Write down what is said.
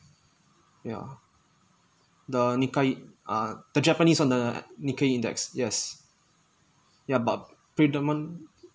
ya the nikkai uh the japanese one the nikkei index yes ya but predominant